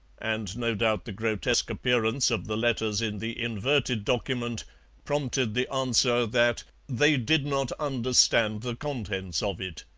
and no doubt the grotesque appearance of the letters in the inverted document prompted the answer that they did not understand the contents of it